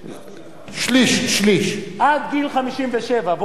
עד גיל 57, והוא עבר את גיל 57 הוא פטור.